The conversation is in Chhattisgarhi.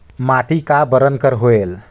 माटी का बरन कर होयल?